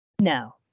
No